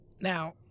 Now